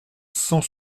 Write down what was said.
cent